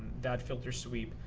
that filter sweep,